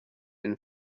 and